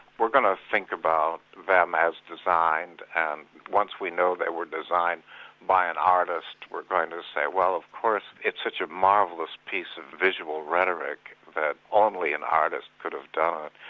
we're going to think about them as designed, and once we know they were designed by an artist we're going to say, well of course it's such a marvellous piece of visual rhetoric that only an artist could have done it.